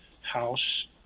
house